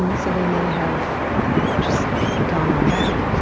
and so they may have just gone on back?